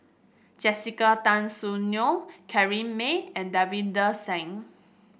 Jessica Tan Soon Neo Corrinne Me and Davinder Singh